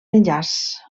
menjars